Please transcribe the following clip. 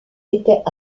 était